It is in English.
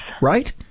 right